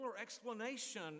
explanation